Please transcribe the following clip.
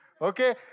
Okay